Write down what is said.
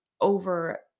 over